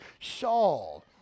Saul